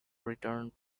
returned